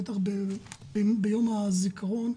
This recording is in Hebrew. בטח ביום הזיכרון,